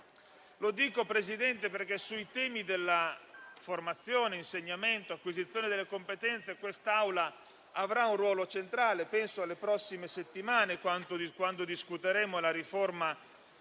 Dico questo perché sui temi della formazione, dell'insegnamento e dell'acquisizione delle competenze quest'Assemblea avrà un ruolo centrale. Penso alle prossime settimane, quando discuteremo la riforma